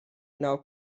now